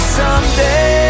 someday